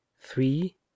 three